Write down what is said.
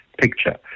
picture